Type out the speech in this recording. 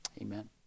amen